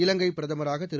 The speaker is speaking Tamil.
இலங்கைப் பிரதமராக திரு